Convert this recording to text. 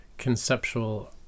conceptual